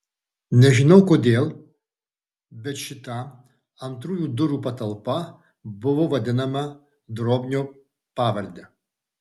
nežinau kodėl bet šita antrųjų durų patalpa buvo vadinama drobnio pavarde